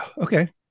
Okay